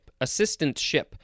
Assistantship